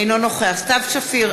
אינו נוכח סתיו שפיר,